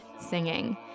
singing